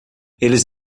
eles